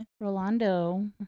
rolando